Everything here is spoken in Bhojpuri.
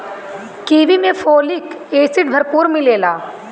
कीवी में फोलिक एसिड भरपूर मिलेला